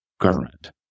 government